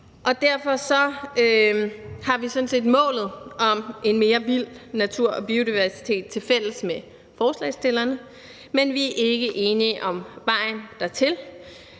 derfor har vi sådan set målet om en mere vild natur og biodiversitet tilfælles med forslagsstillerne, men vi er ikke enige om vejen dertil.